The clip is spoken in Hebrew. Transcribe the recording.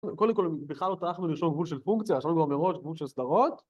קודם כל, בכלל לא טרחנו לרשום גבול של פונקציה, עכשיו יש לנו גם מראש גבול של סדרות...